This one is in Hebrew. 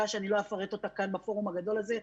שאני לא אפרט אותה כאן בפורום הגדול הזה,